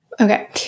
Okay